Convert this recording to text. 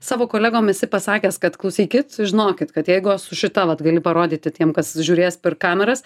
savo kolegom esi pasakęs kad klausykit žinokit kad jeigu va su šita vat gali parodyti tiem kas žiūrės per kameras